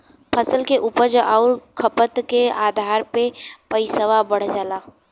फसल के उपज आउर खपत के आधार पे पइसवा बढ़ जाला